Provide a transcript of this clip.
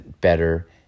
better